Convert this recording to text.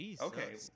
Okay